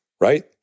Right